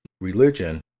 religion